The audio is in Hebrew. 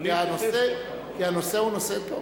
כי הנושא הוא נושא טוב.